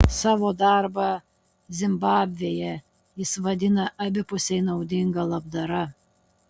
savo darbą zimbabvėje jis vadina abipusiai naudinga labdara